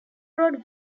road